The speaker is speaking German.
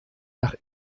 nach